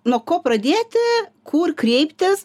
nuo ko pradėti kur kreiptis